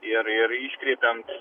ir ir iškreipiant